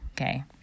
Okay